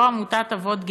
יו"ר עמותת "אבות גאים":